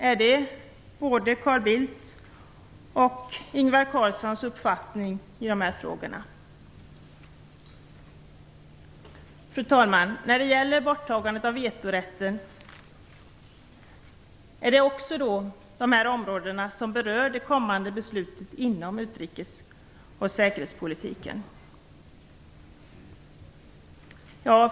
Är det både Carl Bildts och Ingvar Carlssons uppfattning i dessa frågor? Fru talman! Gäller borttagandet av vetorätten också de områden som berör det kommande beslutet inom utrikes och säkerhetspolitiken?